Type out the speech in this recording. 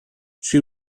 she